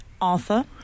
Arthur